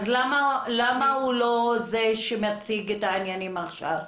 אז למה הוא לא זה שמציג את העניינים עכשיו?